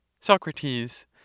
Socrates